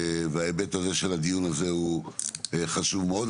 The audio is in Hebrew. וההיבט הזה של הדיון הזה הוא חשוב מאוד.